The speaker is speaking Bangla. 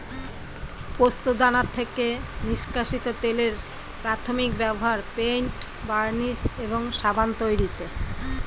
পোস্তদানা থেকে নিষ্কাশিত তেলের প্রাথমিক ব্যবহার পেইন্ট, বার্নিশ এবং সাবান তৈরিতে